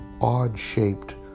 odd-shaped